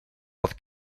wat